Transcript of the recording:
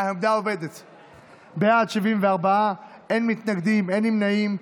אין מתנגדים, אין נמנעים.